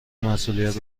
مسئولیت